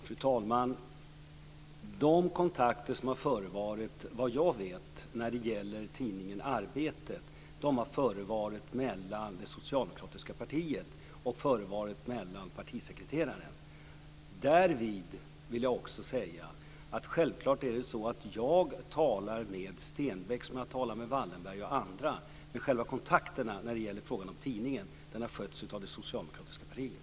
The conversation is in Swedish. Fru talman! De kontakter som har förevarit när det gäller tidningen Arbetet har efter vad jag vet förevarit med det socialdemokratiska partiet och med partisekreteraren. Därvid vill jag också säga att jag självfallet talar med Stenbeck, som jag talar med Wallenberg och andra. Men själva kontakterna när det gäller frågan om tidningen har alltså skötts av det socialdemokratiska partiet.